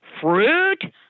fruit